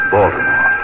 Baltimore